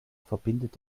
verbindet